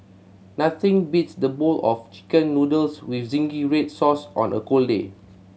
nothing beats the bowl of Chicken Noodles with zingy red sauce on a cold day